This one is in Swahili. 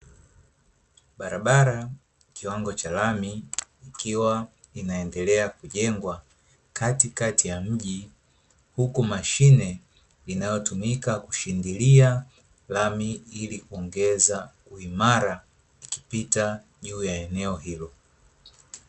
Barabara yenye kiwango cha lami ikiwa inaendelea kujengwa katikati ya mji, huku mashine inayotumika kushindilia lami hili kuongeza uimala ikipita juu ya eneo hilo.